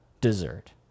dessert